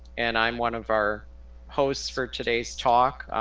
and i'm one of our hosts for today's talk.